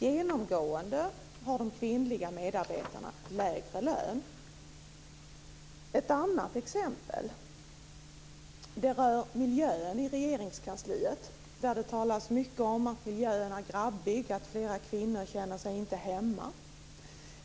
Genomgående har de kvinnliga medarbetarna lägre lön. Ett annat exempel rör miljön i Regeringskansliet. Det talas mycket om att miljön där är grabbig och att flera kvinnor inte känner sig hemma.